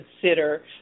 consider